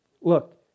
Look